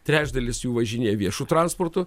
trečdalis jų važinėja viešu transportu